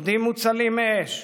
אודים מוצלים מאש,